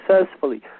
successfully